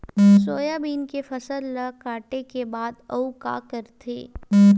Soybean के फसल ल काटे के बाद आऊ का करथे?